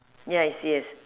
yes yes